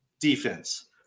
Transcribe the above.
defense